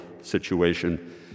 situation